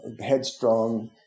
headstrong